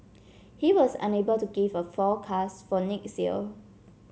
he was unable to give a forecast for next year